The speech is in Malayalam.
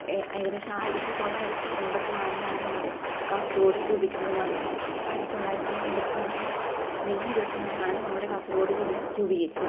ഏകദേശം ആയിരത്തി തൊള്ളായിരത്തി എൺപത്തിനാലിലാണ് നമ്മുടെ കാസർഗോട് രൂപീകൃതമാകുന്നത് ആയിരത്തി തൊള്ളായിരത്തി എൺപത്തിനാല് മെയ് ഇരുപത്തിനാലിനാണ് നമ്മുടെ കാസർഗോട് ജില്ല രൂപീകരിച്ചത്